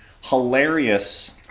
Hilarious